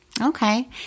Okay